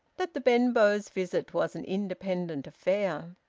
that the benbows' visit was an independent affair.